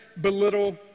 belittle